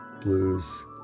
blues